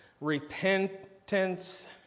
repentance